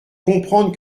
comprendre